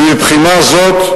ומבחינה זו,